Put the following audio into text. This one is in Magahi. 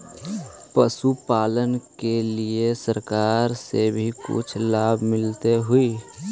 पशुपालन के लिए सरकार से भी कुछ लाभ मिलै हई?